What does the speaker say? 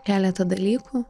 keletą dalykų